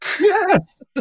Yes